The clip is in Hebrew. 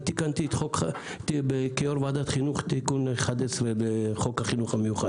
תיקנתי כיו"ר ועדת חינוך את תיקון 11 בחוק החינוך המיוחד,